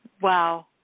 Wow